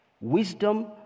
Wisdom